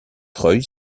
treuil